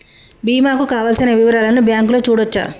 బీమా కు కావలసిన వివరాలను బ్యాంకులో చూడొచ్చా?